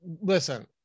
Listen